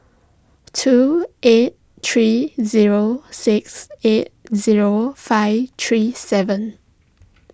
two eight three zero six eight zero five three seven